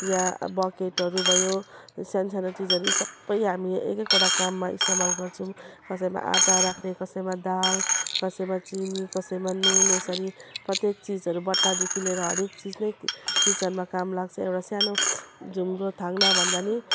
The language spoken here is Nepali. या बकेटहरू भयो सानसानो चिजहरू सबै हामीले एक एकवटा काममा इस्तेमाल गर्छौँ कसैमा आँटा राख्ने कसैमा दाल कसैमा चिनी कसैमा नुन यसरी प्रत्येक चिजहरू बट्टादेखि लिएर हरेक चिज नै किचनमा काम लाग्छ एउटा सानो झुम्रो थाङ्ना भन्दा नि